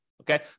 Okay